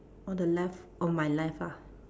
on the left on my left ah